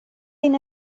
این